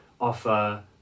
offer